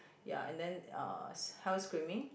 ya and then health screening